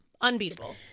unbeatable